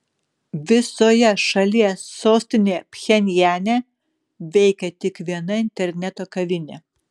visoje šalies sostinėje pchenjane veikia tik viena interneto kavinė